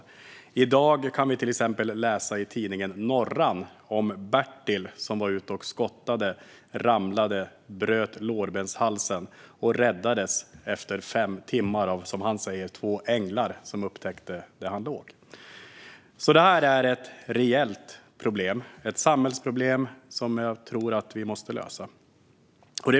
Vi kan till exempel i tidningen Norran i dag läsa om Bertil, som var ute och skottade, ramlade och bröt lårbenshalsen och räddades efter fem timmar av, som han säger, "två änglar" som upptäckte honom där han låg. Detta är alltså ett reellt samhällsproblem som jag tror att vi måste lösa.